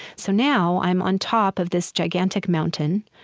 so now i'm on top of this gigantic mountain,